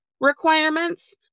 requirements